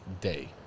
day